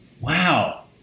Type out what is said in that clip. Wow